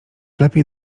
lepiej